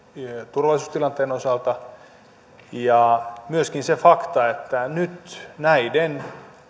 turvallisuustilanteen osalta ja myöskin sitä faktaa että nyt näiden